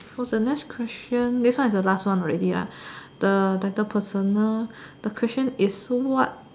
for the next question this one is the last one already lah the rather personal the question is what